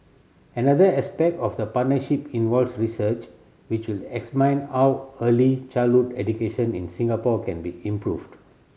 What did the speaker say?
another aspect of the partnership involves research which will how early childhood education in Singapore can be improved